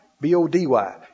B-O-D-Y